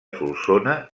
solsona